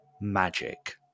magic